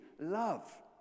love